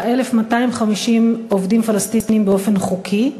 49,250 עובדים פלסטינים באופן חוקי,